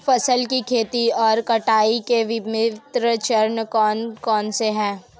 फसल की खेती और कटाई के विभिन्न चरण कौन कौनसे हैं?